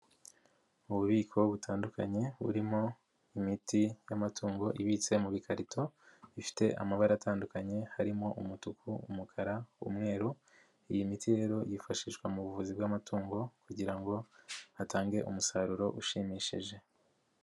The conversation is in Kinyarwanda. Mu bubiko butandukanye burimo imiti y'amatungo ibitse mu bikarito, bifite amabara atandukanye harimo: umutuku, umukara, umweru. Iyi miti rero yifashishwa mu buvuzi bw'amatungo kugira ngo atange umusaruro ushimishije.